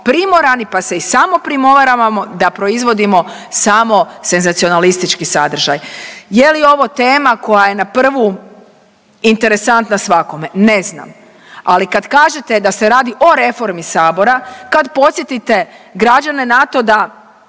primorani, pa se i samoprimoravamo da proizvodimo samo senzacionalistički sadržaj. Je li ovo tema koja je na prvu interesantna svakome? Ne znam, ali kad kažete da se radi o reformi sabora, kad podsjetite građane na to da